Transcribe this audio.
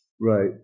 Right